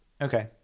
Okay